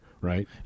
right